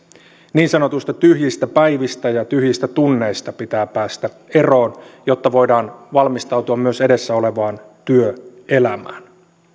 niin sanotuista tyhjistä päivistä ja tyhjistä tunneista pitää päästä eroon jotta voidaan valmistautua myös edessä olevaan työelämään